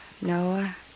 Noah